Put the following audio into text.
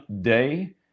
day